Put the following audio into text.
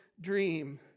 dream